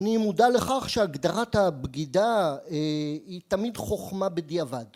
אני מודע לכך שהגדרת הבגידה היא תמיד חוכמה בדיעבד